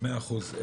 מאה אחוז.